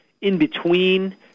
in-between